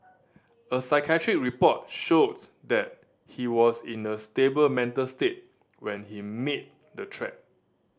a psychiatric report showed that he was in a stable mental state when he made the treat